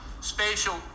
spatial